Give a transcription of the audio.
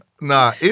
Nah